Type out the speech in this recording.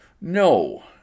No